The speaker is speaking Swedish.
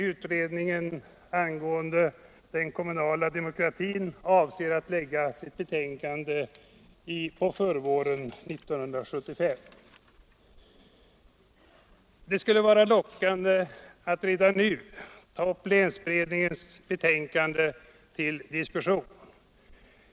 Utredningen om den kommunala demokratin avser att lägga fram Det skulle vara lockande att redan nu ta upp länsberedningens betänkande till diskussion.